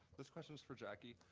this question's for jacky.